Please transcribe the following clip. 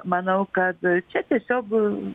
manau kad čia tiesiog